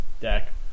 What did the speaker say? deck